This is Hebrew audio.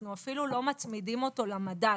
אנחנו אפילו לא מצמידים אותו למדד.